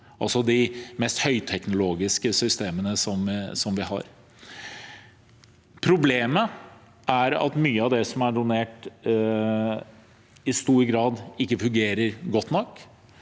altså de mest høyteknologiske systemene vi har. Problemet er at mye av det som er donert, i stor grad ikke fungerer godt nok.